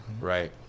Right